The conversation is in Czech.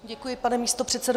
Děkuji, pane místopředsedo.